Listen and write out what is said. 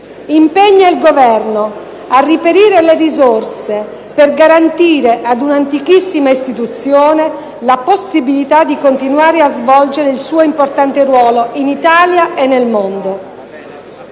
impegna il Governo a reperire le risorse per garantire ad un'antichissima istituzione la possibilità di continuare a svolgere il suo importante ruolo in Italia e nel mondo.